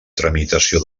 tramitació